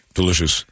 delicious